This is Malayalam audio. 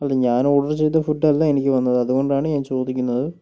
അല്ല ഞാൻ ഓർഡർ ചെയ്ത ഫുഡ് അല്ല എനിക്ക് വന്നത് അതുകൊണ്ടാണ് ഞാൻ ചോദിക്കുന്നത്